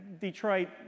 Detroit